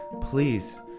please